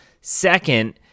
Second